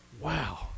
wow